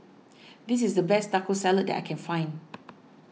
this is the best Taco Salad that I can find